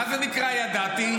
מה זה נקרא שידעתי?